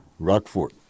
Rockfort